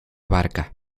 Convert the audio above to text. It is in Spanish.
barca